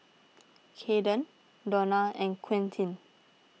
Cayden Dona and Quintin